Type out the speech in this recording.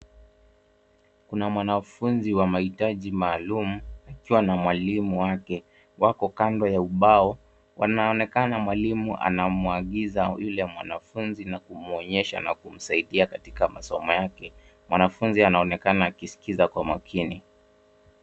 Kuna mwanafunzi wa mahitaji maalumu, akiwa na mwalimu wake. Wako kando ya ubao, wanaonekana mwalimu anamuagiza yule mwanafunzi na kumuonyesha na kumsaidia katika masomo yake. Mwanafunzi anaonekana akisikiza kwa makini.